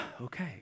Okay